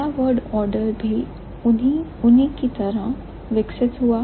क्या word order भी उनकी तरह विकसित हुआ